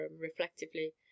reflectively